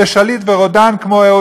לשליט ורודן כמו,